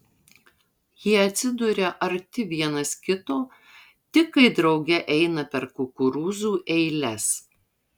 jie atsiduria arti vienas kito tik kai drauge eina per kukurūzų eiles